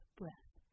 breath